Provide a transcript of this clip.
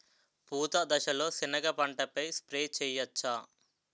పూత దశలో సెనగ పంటపై స్ప్రే చేయచ్చా?